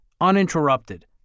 uninterrupted